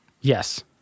Yes